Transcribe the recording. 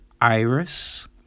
Iris